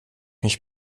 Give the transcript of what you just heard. mich